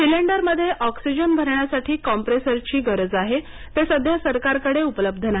सिलेंडरमध्ये ऑक्सिजन भरण्यासाठी कॉम्प्रेसरची गरज आहे ते सध्या सरकारकडे उपलब्ध नाही